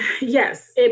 yes